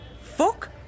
fuck